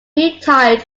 retired